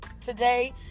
today